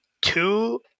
two